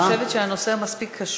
אני חושבת שהנושא מספיק חשוב.